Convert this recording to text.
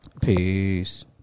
Peace